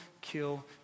kill